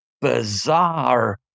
bizarre